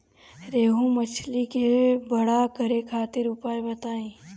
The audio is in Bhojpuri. रोहु मछली के बड़ा करे खातिर उपाय बताईं?